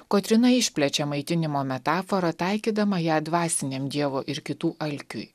kotryna išplečia maitinimo metaforą taikydama ją dvasiniam dievo ir kitų alkiui